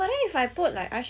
like err